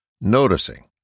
Noticing